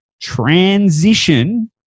transition